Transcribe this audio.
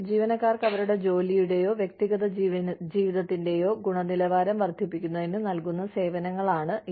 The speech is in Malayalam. ജീവനക്കാർക്ക് അവരുടെ ജോലിയുടെയോ വ്യക്തിഗത ജീവിതത്തിന്റെയോ ഗുണനിലവാരം വർദ്ധിപ്പിക്കുന്നതിന് നൽകുന്ന സേവനങ്ങളാണ് ഇവ